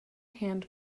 hand